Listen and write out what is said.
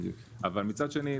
אבל מצד שני,